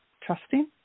trusting